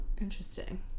Interesting